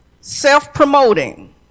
self-promoting